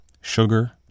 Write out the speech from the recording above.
sugar